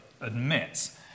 admits